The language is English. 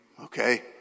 Okay